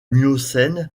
miocène